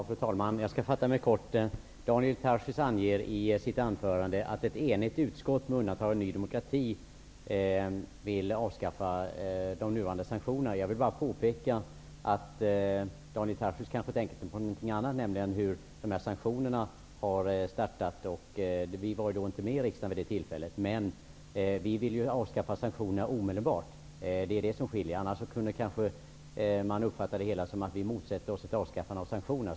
Fru talman! Jag skall fatta mig kort. Daniel Tarschys hävdar i sitt anförande att ett enigt utskott, med undantag av Ny demokrati, vill avskaffa de nuvarande sanktionerna. Jag vill bara påpeka att Daniel Tarschys kanske tänkte på något annat, nämligen hur sanktionerna infördes. Ny demokrati fanns inte i riksdagen vid det tillfället. Vi vill avskaffa sanktionerna omedelbart. Det är det som skiljer oss åt. Annars går det att uppfatta det hela som att vi motsätter oss att över huvud taget avskaffa sanktionerna.